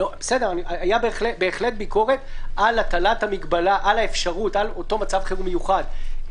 הייתה בהחלט ביקורת על הטלת המגבלה על האפשרות באותו מצב חירום מיוחד,